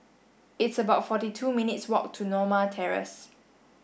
it's about forty two minutes' walk to Norma Terrace